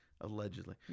Allegedly